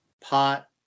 pot